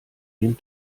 den